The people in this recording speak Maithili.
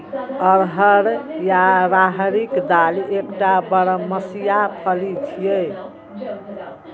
अरहर या राहरिक दालि एकटा बरमसिया फली छियै